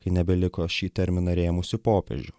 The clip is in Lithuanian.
kai nebeliko šį terminą rėmusių popiežių